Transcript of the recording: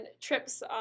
trips